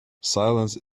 silence